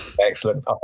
excellent